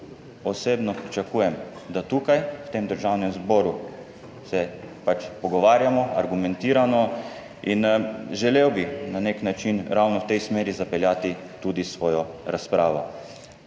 osebno pričakujem, da tukaj v tem Državnem zboru se pač pogovarjamo argumentirano in želel bi na nek način ravno v tej smeri zapeljati tudi svojo razpravo.